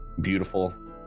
beautiful